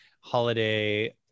holiday